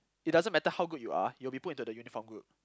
it doesn't matter how good you are you will be put into the uniform group